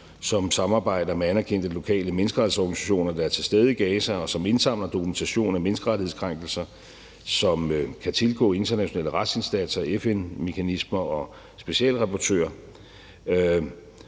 som samarbejder med anerkendte lokale menneskerettighedsorganisationer, der er til stede i Gaza, og som indsamler dokumentation af menneskerettighedskrænkelser, som kan tilgå internationale retsinstanser, FN-mekanismer og specialrapportører,